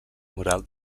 moral